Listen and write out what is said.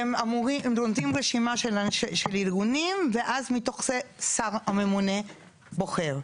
שהם נותנים רשימה של ארגונים ואז מתוך זה השר הממונה בוחר.